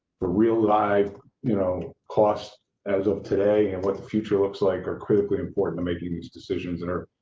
for real live you know cost as of today and what the future looks like, are critically important to making these decisions. and are.